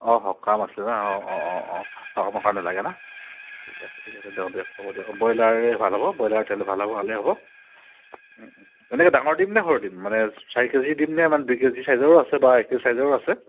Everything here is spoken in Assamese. অঁ সকাম আছে ন অঁ অঁ অঁ অঁ সকামৰ কাৰণে লাগে ন ঠিক আছে ঠিক আছে দিয়ক দিয়ক হ'ব দিয়ক ব্ৰইলাৰে ভাল হ'ব ব্ৰইলাৰ তেতিয়াহ'লে ভাল হ'ব ভালে হ'ব এনেকৈ ডাঙৰ দিম নে সৰু দিম মানে চাৰি কেজি দিমনে নে দুই কেজি চাইজৰো আছে বা এক কেজি চাইজৰো আছে